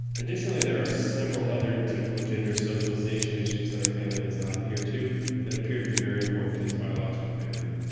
additionally, there are several other typical gender socialization issues that our family does not adhere to that appear to be very important to his biological family.